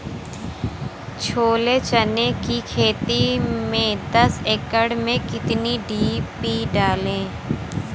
छोले चने की खेती में दस एकड़ में कितनी डी.पी डालें?